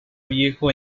viejo